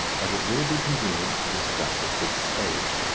that it will be convenient to discuss at this stage.